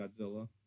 Godzilla